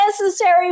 necessary